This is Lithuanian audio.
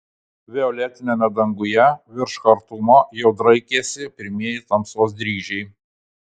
violetiniame danguje virš chartumo jau draikėsi pirmieji tamsos dryžiai